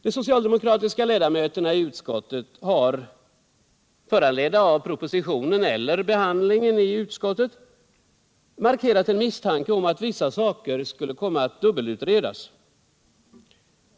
De socialdemokratiska ledamöterna i utskottet har, föranledda av propositionen eller behandlingen i utskottet, markerat en misstanke om att vissa saker skulle komma att dubbelutredas.